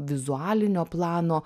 vizualinio plano